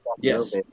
yes